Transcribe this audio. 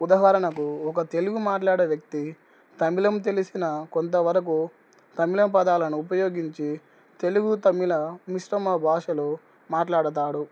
ఉదాహరణకు ఒక తెలుగు మాట్లాడే వ్యక్తి తమిళం తెలిసినా కొంతవరకు తమిళం పదాలను ఉపయోగించి తెలుగు తమిళ మిశ్రమ భాషలు మాట్లాడతాడు